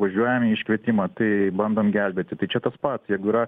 važiuojam į iškvietimą tai bandom gelbėti tai čia tas pats jeigu yra